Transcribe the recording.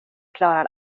klarar